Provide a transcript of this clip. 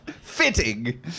Fitting